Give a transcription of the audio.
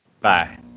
Bye